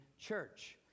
church